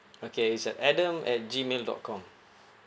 okay it's at adam at G mail dot com